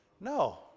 No